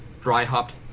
dry-hopped